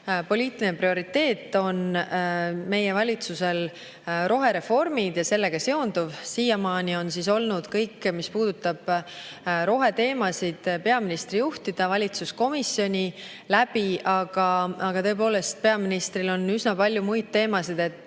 poliitiline prioriteet on meie valitsusel rohereformid ja sellega seonduv. Siiamaani on olnud kõik, mis puudutab roheteemasid, peaministri juhtida valitsuskomisjoni kaudu. Aga peaministril on üsna palju muid teemasid ja